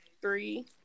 three